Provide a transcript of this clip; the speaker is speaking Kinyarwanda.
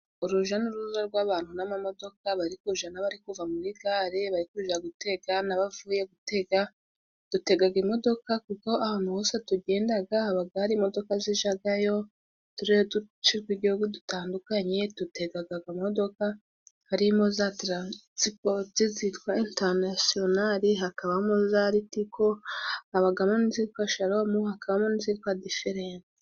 uruja n'uruza rw'abantu n'amamodoka bari kuja n'abari kuva muri gare bari kuja gutega n'abavuye gutega, dutegaga imodoka kuko ahantu hose tugendaga habaga hari imodoka zijagayo, turere twinshi tw'igihugu dutandukanye dutegaga akamodoka harimo za taransipoti zitwa intarinasinari, hakabamo za ritiko abagazitwa sharomu hakamo zitwa diferenti.